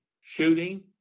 shooting